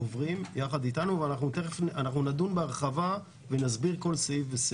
ואנחנו נדון בהרחבה ונסביר כל סעיף.